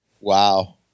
Wow